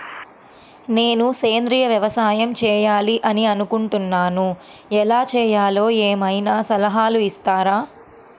నేను సేంద్రియ వ్యవసాయం చేయాలి అని అనుకుంటున్నాను, ఎలా చేయాలో ఏమయినా సలహాలు ఇస్తారా?